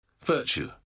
virtue